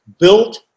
built